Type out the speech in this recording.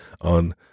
on